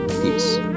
Peace